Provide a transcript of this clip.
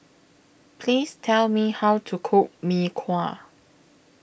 Please Tell Me How to Cook Mee Kuah